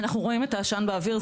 אנחנו רואים את העשן באוויר,